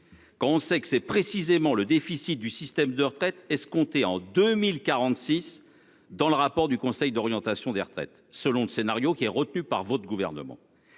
Quand on sait que c'est précisément le déficit du système de retraite et se compter en 2046 dans le rapport du conseil d'orientation des retraites. Selon le scénario qui est retenu par votre gouvernement